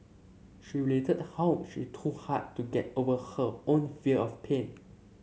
she related how she too had to get over her own fear of pain